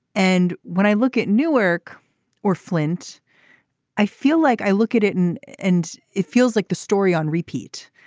and when i look at newark or flint i feel like i look at it and and it feels like the story on repeat.